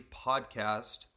Podcast